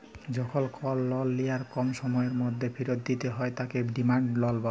যখল কল লল লিয়ার কম সময়ের ম্যধে ফিরত দিতে হ্যয় তাকে ডিমাল্ড লল ব্যলে